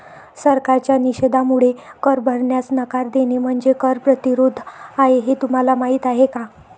सरकारच्या निषेधामुळे कर भरण्यास नकार देणे म्हणजे कर प्रतिरोध आहे हे तुम्हाला माहीत आहे का